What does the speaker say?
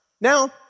Now